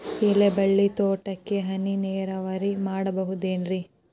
ಎಲೆಬಳ್ಳಿ ತೋಟಕ್ಕೆ ಹನಿ ನೇರಾವರಿ ಮಾಡಬಹುದೇನ್ ರಿ?